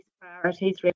priorities